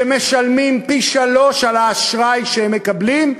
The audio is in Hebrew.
שמשלמים פי-שלושה על האשראי שהם מקבלים.